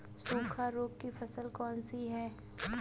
सूखा रोग की फसल कौन सी है?